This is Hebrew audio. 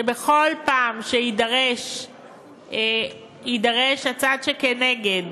שבכל פעם שיידרש הצד שכנגד,